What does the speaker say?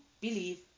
believe